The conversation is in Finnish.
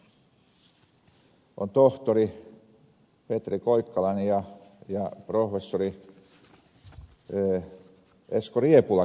tässä ovat tohtori petri koikkalainen ja professori esko riepula kirjoittaneet tämmöisen kirjan joka kuvaa